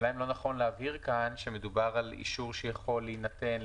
השאלה אם לא נכון להבהיר כאן שמדובר על אישור שיכול להינתן,